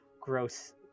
gross